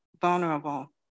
vulnerable